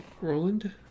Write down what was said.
Roland